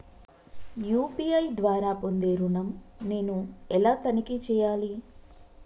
UPI ద్వారా పొందే ఋణం నేను ఎలా తనిఖీ చేయాలి?